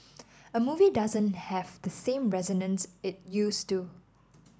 a movie doesn't have the same resonance it used to